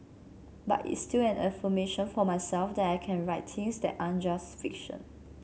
but it's still an affirmation for myself that I can write things that aren't just fiction